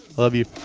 love you.